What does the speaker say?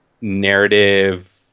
narrative